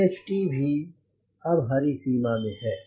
इसलिए CHT भी अब हरी सीमा में है